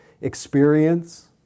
experience